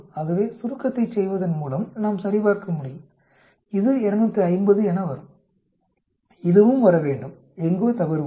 ஆகவே சுருக்கத்தைச் செய்வதன் மூலம் நாம் சரிபார்க்க முடியும் இது 250 என வரும் இதுவும் வர வேண்டும் எங்கோ தவறு உள்ளது